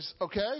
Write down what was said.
Okay